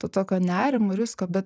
to tokio nerimo ir visko bet